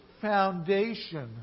foundation